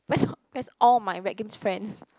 where's where's all my rec games friends